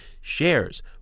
shares